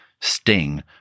Sting